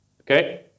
Okay